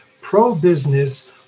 pro-business